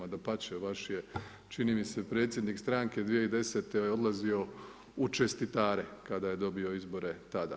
A dapače, vaš je čini mi se predsjednik stranke 2010. je odlazio u čestitare, kada je dobio izbore tada.